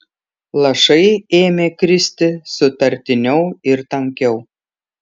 lašai ėmė kristi sutartiniau ir tankiau